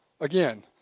again